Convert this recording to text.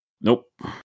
Nope